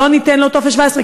לא ניתן לו טופס 17,